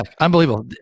unbelievable